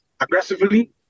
aggressively